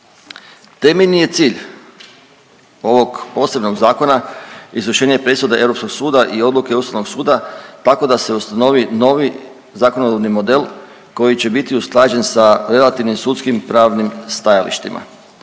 Temeljni je cilj ovog posebnog zakona izvršenje presude Europskog suda i odluke Ustavnog suda tako da se ustanovi novi zakonodavni model koji će biti usklađen sa relativnim sudskim pravnim stajalištima.